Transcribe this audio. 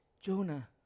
Jonah